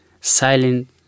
silent